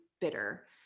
bitter